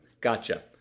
gotcha